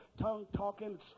tongue-talking